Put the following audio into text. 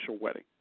wedding